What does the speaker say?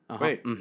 Wait